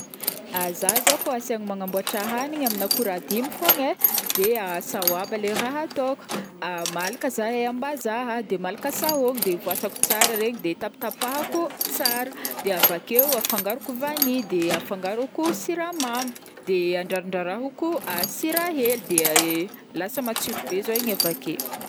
zaho zao kaofa asaigna manambôtra hagniny amin'ny akora dimy fogna e, de sahoaba le raha ataoko, malaka za e ambazaha de malaka sahôgno, de voasako tsara regny de tapitapahiko tsara de avake afangaroko vany de afangaroko siramamy de andrarindrahiko a sira hely de lasa matsiro be zai igny ake.